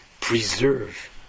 preserve